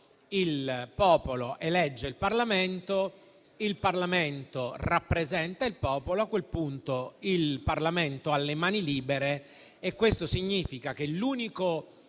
Il popolo elegge il Parlamento, il Parlamento rappresenta il popolo; a quel punto, il Parlamento ha le mani libere e questo significa che l'unico